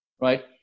right